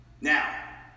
Now